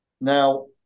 Now